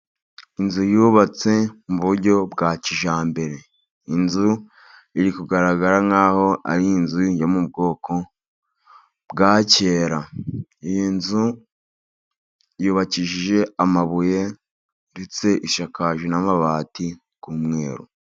Inzu yubatse mu buryo bwa kijyambere. Inzu iri kugaragara nk'aho ari inzu yo mu bwoko bwa kera. Iyi nzu yubakishije amabuye, ndetse isakaje n'amabati y'umweru.